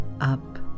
up